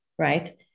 right